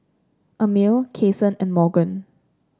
Amil Cason and Morgan